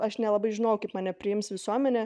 aš nelabai žinojau kaip mane priims visuomenė